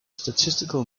statistical